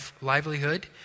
livelihood